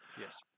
Yes